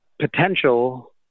potential